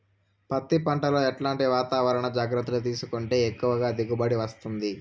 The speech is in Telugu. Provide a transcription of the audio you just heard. పత్తి పంట లో ఎట్లాంటి వాతావరణ జాగ్రత్తలు తీసుకుంటే ఎక్కువగా దిగుబడి వస్తుంది?